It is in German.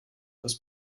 das